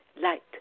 light